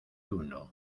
uno